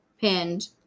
pinned